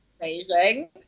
Amazing